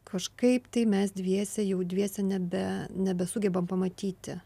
kažkaip tai mes dviese jau dviese nebe nebesugebam pamatyti